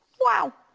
wow.